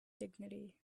dignity